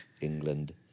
england